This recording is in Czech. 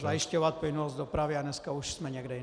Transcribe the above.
zajišťovat plynulost dopravy a dneska už jsme někde jinde.